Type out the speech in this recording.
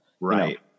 Right